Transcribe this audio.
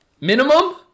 minimum